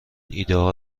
ایدهها